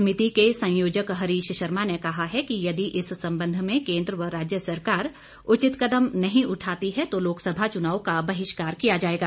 समिति के संयोजक हरीश शर्मा ने कहा है कि यदि इस संबंध में केन्द्र व राज्य सरकार उचित कदम नहीं उठाती है तो लोकसभा चुनाव का बहिष्कार किया जाएगा